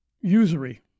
usury